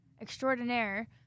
Extraordinaire